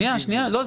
לא,